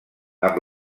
amb